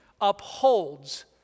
upholds